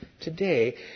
Today